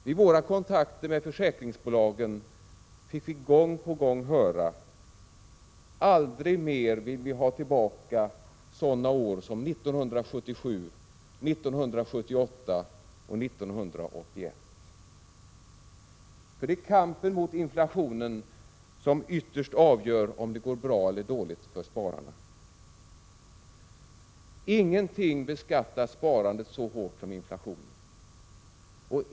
Vid våra kontakter med försäkringsbolagen fick vi gång på gång höra: Aldrig mer vill vi ha tillbaka sådana år som 1977, 1978 och 1981. Det är kampen mot inflationen som ytterst avgör om det går bra eller dåligt för spararna. Ingenting beskattar sparandet så hårt som inflationen.